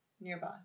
nearby